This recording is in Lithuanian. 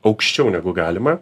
aukščiau negu galima